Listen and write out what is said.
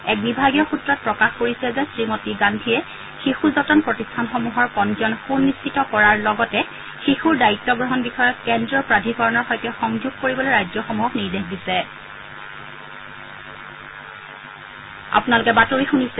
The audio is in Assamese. এক বিভাগীয় সূত্ৰত প্ৰকাশ কৰিছে যে শ্ৰীমতী গান্ধীয়ে শিশু যতন প্ৰতিষ্ঠানসমূহৰ পঞ্জীয়ন সুনিশ্চিত কৰাৰ লগতে শিশুৰ দায়িত্ব গ্ৰহণ বিষয়ক কেন্দ্ৰীয় প্ৰাধিকৰণৰ সৈতে সংযোগ কৰিবলৈ ৰাজ্যসমূহক নিৰ্দেশ দিছে